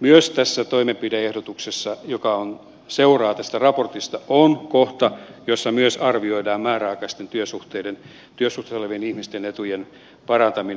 myös tässä toimenpide ehdotuksessa joka seuraa tästä raportista on kohta jossa myös arvioidaan määräaikaisessa työsuhteessa olevien ihmisten etujen parantaminen